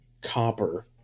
copper